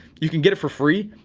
you can get it for free.